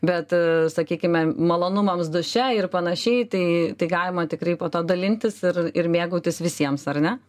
bet sakykime malonumams duše ir panašiai tai tai galima tikrai po to dalintis ir ir mėgautis visiems ar ne